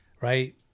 right